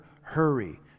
hurry